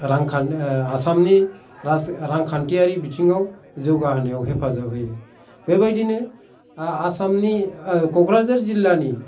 रांखान आसामनि रांखान्थियारि बिथिङाव जौगाहोनायाव हेफाजाब होयो बेबायदिनो आसामनि क'क्राझार जिल्लानि